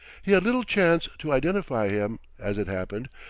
he had little chance to identify him, as it happened,